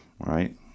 right